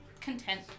content